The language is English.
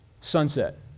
sunset